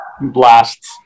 blast